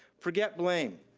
forget bling.